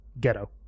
ghetto